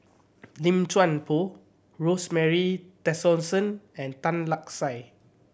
Lim Chuan Poh Rosemary Tessensohn and Tan Lark Sye